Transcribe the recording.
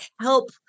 help